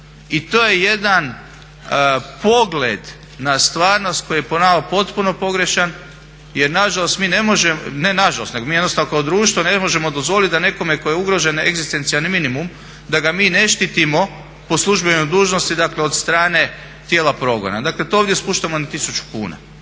I to je jedan pogled na stvarnost koji je po nama potpuno pogrešan jer nažalost mi ne možemo, ne nažalost nego mi jednostavno kao društvo ne možemo dozvoliti da nekome kome je ugrožen egzistencijalni minimum da ga mi ne štitimo po službenoj dužnosti dakle od strane tijela progona. Dakle to ovdje spuštamo na 1000 kuna.